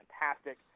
fantastic